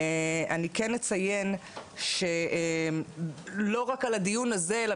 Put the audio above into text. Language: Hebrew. אני כן אציין שלא רק על הדיון הזה אלא